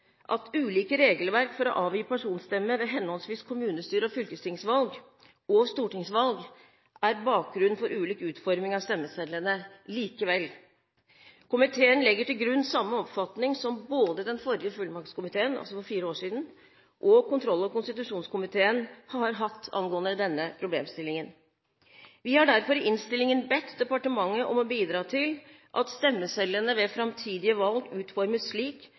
at ulike regelverk for å avgi personstemme ved henholdsvis kommunestyre- og fylkestingsvalg og stortingsvalg er bakgrunnen for ulik utforming av stemmesedlene. Likevel: Komiteen legger til grunn samme oppfatning som både den forrige fullmaktskomiteen – altså for fire år siden – og kontroll- og konstitusjonskomiteen har hatt angående denne problemstillingen. Vi har derfor i innstillingen bedt departementet om å bidra til at stemmesedlene ved framtidige valg utformes slik